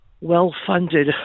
well-funded